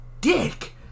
dick